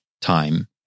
time